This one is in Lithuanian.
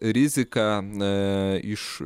rizika eee iš